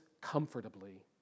comfortably